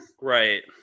Right